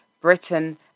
Britain